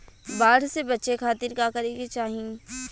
बाढ़ से बचे खातिर का करे के चाहीं?